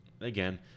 again